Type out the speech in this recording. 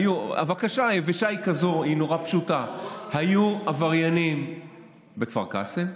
היבשה היא נורא פשוטה: היו עבריינים בכפר קאסם.